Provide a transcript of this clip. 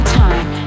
time